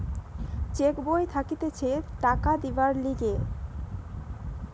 check বই থাকতিছে টাকা দিবার লিগে